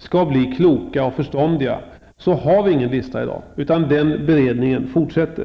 skall bli kloka och förståndiga har vi i dag ingen lista för detta, utan beredningen pågår.